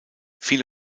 viele